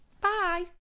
bye